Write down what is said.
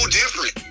different